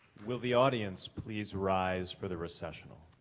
will the audience please rise for the recessional.